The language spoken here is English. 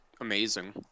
amazing